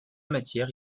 matière